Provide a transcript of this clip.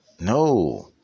no